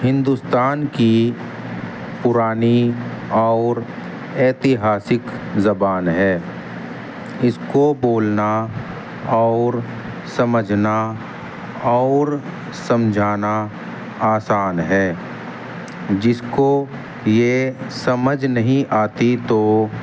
ہندوستان کی پرانی اور ایتہاسک زبان ہے اس کو بولنا اور سمجھنا اور سمجھانا آسان ہے جس کو یہ سمجھ نہیں آتی تو